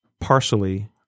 partially